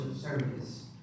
service